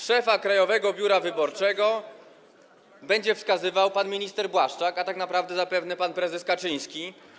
Szefa Krajowego Biura Wyborczego będzie wskazywał pan minister Błaszczak, a tak naprawdę zapewne pan prezes Kaczyński.